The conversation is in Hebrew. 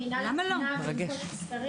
עם מינהל התקינה ועם כל מי שצריך.